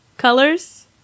Colors